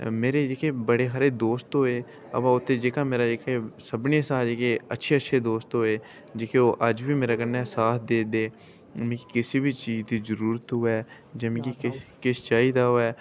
मेरे जेह्के बड़े हारे दोस्त होए अबा ओह्दे च जेह्का मेरा सभनें शां जेह्के अच्छे अच्छे दोस्त होए जेह्के ओह् अज्ज बी मेरे कन्नै साथ देआ दे ओह् मिगी किश बी चीज दी जरूरत होऐ जां मिगी किश किश चाहिदा होवै